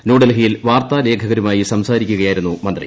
ന്യൂഡൽഹിയിൽ വാർത്താലേഖകരുമായി സംസാരിക്കുകയായിരുന്നു മന്ത്രി